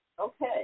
Okay